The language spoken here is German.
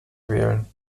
wählen